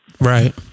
Right